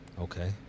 Okay